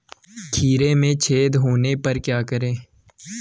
खीरे में छेद होने पर क्या करें?